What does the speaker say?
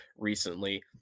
recently